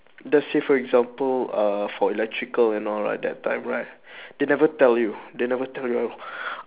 let say for example uh for electrical and all right that time right they never tell you they never tell you